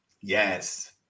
Yes